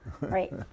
Right